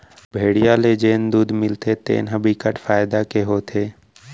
भेड़िया ले जेन दूद मिलथे तेन ह बिकट फायदा के होथे